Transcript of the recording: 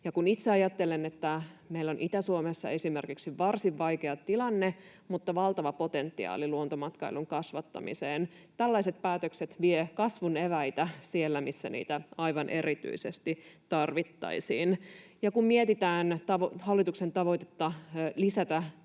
kun itse ajattelen, että meillä on esimerkiksi Itä-Suomessa varsin vaikea tilanne mutta valtava potentiaali luontomatkailun kasvattamiseen, tällaiset päätökset vievät kasvun eväitä sieltä, missä niitä aivan erityisesti tarvittaisiin. Ja kun mietitään hallituksen tavoitetta lisätä